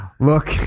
Look